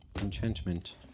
Enchantment